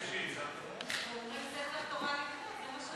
ספר תורה לפני.